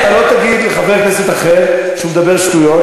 אתה לא תגיד לחבר כנסת אחר שהוא מדבר שטויות,